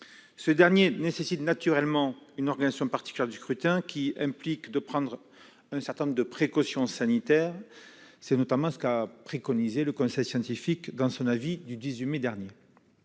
Cela nécessite naturellement une organisation particulière du scrutin, qui implique de prendre un certain nombre de précautions sanitaires- c'est notamment ce qu'a préconisé le conseil scientifique dans son avis du 18 mai dernier.